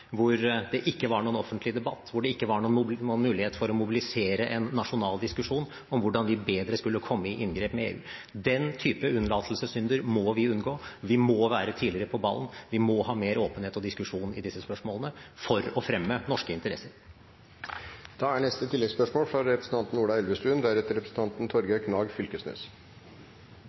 det var ingen offentlig debatt, og det var ingen mulighet for å mobilisere en nasjonal diskusjon om hvordan vi bedre skulle komme i inngrep med EU. Den typen unnlatelsessynder må vi unngå. Vi må være tidligere «på ballen», og vi må ha mer åpenhet og diskusjon i disse spørsmålene for å fremme norske interesser. Ola Elvestuen – til oppfølgingsspørsmål. Mitt spørsmål er